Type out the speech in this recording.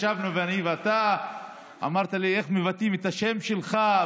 ישבנו אני ואתה ואמרת לי: איך מבטאים את השם שלך?